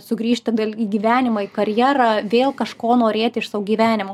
sugrįžt atgal į gyvenimą į karjerą vėl kažko norėti iš savo gyvenimo